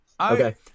Okay